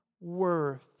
worth